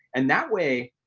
and that way,